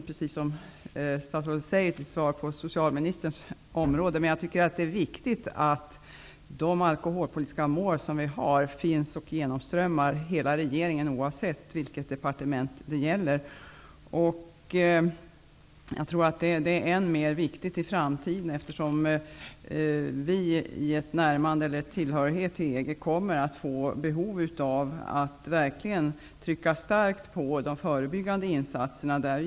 Precis som statsrådet säger i sitt svar, kommer vi in på socialministerns område. Det är viktigt att de alkoholpolitiska mål som vi har, genomströmmar hela regeringen, oavsett vilket departement det gäller. Jag tror att det blir än mer viktigt i framtiden, eftersom vi vid en tillhörighet till EG kommer att ha behov av att verkligen trycka starkt på de förebyggande insatserna.